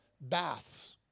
baths